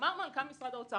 אמר מנכ"ל משרד האוצר